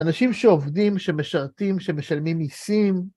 אנשים שעובדים, שמשרתים, שמשלמים מיסים.